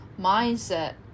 mindset